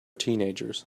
teenagers